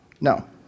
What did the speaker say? no